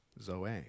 zoe